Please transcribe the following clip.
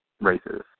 races